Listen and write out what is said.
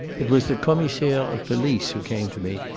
it was the commissaire of police who came to me,